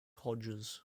hodges